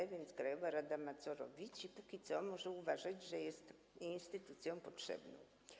A więc krajowa rada ma co robić i na razie może uważać, że jest instytucją potrzebną.